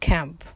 Camp